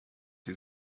sie